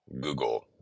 Google